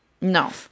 No